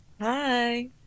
Hi